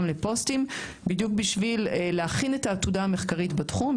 לפוסטים בדיוק בשביל להכין את העתודה המחקרית בתחום.